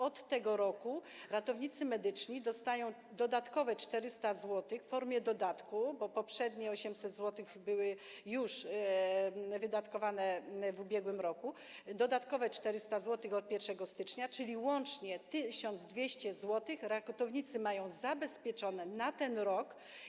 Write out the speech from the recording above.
Od tego roku ratownicy medyczni dostają dodatkowe 400 zł w formie dodatku, bo poprzednie 800 zł było już wydatkowane w ubiegłym roku, dodatkowe 400 zł - od 1 stycznia, czyli łącznie 1200 zł ratownicy mają zabezpieczone na ten rok.